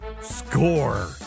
score